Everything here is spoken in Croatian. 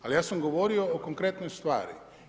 Ali ja sam govorio o korektnoj stvari.